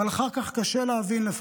אבל אחר כך קשה לפעמים להבין.